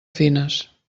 fines